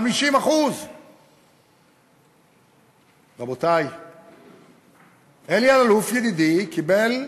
50%. רבותי, אלי אלאלוף, ידידי, קיבל ג'וב,